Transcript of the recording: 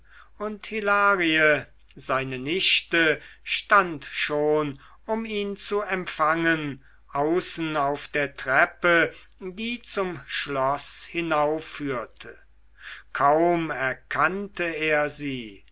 und hilarie seine nichte stand schon um ihn zu empfangen außen auf der treppe die zum schloß hinaufführte kaum erkannte er sie